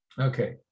Okay